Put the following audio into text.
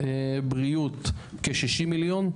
בריאות כ-60 מיליון,